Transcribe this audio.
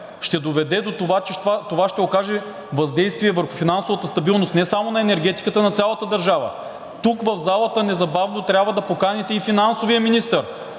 ще доведе до това, че това ще окаже въздействие върху финансовата стабилност не само на енергетиката, а на цялата държава. Тук в залата незабавно трябва да поканите и финансовия министър,